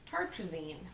tartrazine